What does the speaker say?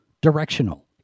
directional